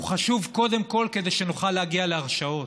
הוא חשוב קודם כול כדי שנוכל להגיע להרשעות.